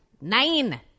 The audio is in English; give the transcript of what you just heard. nine